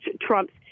Trump's